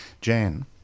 Jan